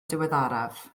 diweddaraf